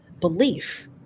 belief